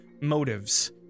motives